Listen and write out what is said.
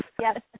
Yes